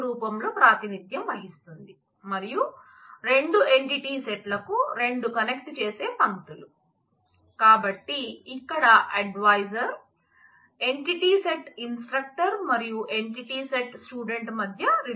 రెండు ఎంటిటీ సెట్ల